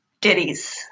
ditties